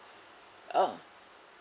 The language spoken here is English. uh